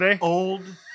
old